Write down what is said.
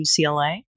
UCLA